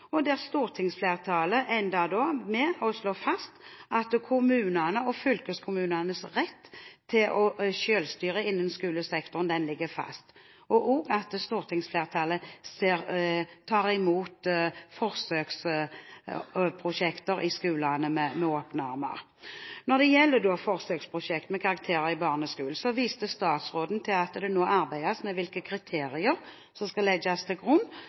og der stortingsflertallet endte med å slå fast at kommunenes og fylkeskommunenes rett til selvstyre innen skolesektoren ligger fast, og også at stortingsflertallet tar imot forsøksprosjekter i skolene med åpne armer. Når det gjelder forsøksprosjekt med karakterer i barneskolen, viste statsråden til at det nå arbeides med hvilke kriterier som skal legges til grunn